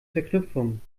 verknüpfungen